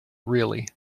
really